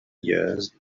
years